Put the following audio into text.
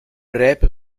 rijpe